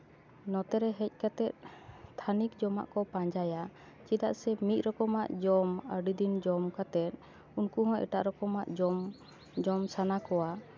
ᱱᱚᱛᱮᱨᱮ ᱦᱮᱡ ᱠᱟᱛᱮᱜ ᱛᱷᱟᱹᱱᱤᱛ ᱡᱚᱢᱟᱜ ᱠᱚ ᱯᱟᱸᱡᱟᱭᱟ ᱪᱮᱫᱟᱜ ᱥᱮ ᱢᱤᱫ ᱨᱚᱠᱚᱢᱟᱜ ᱡᱚᱢ ᱟᱹᱰᱤ ᱫᱤᱱ ᱡᱚᱢ ᱠᱟᱛᱮᱜ ᱩᱱᱠᱩ ᱦᱚᱸ ᱮᱴᱟᱜ ᱨᱚᱠᱚᱢᱟᱜ ᱡᱚᱢ ᱡᱚᱢ ᱥᱟᱱᱟ ᱠᱚᱣᱟ